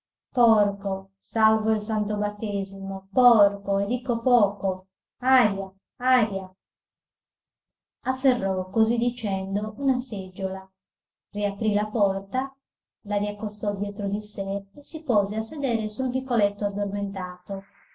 porco salvo il santo battesimo porco e dico poco aria aria afferrò così dicendo una seggiola riaprì la porta la riaccostò dietro di sé e si pose a sedere sul vicoletto addormentato